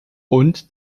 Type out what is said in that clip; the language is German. und